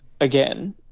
again